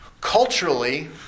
Culturally